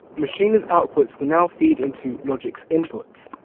maschine's outputs will now feed into logic's inputs.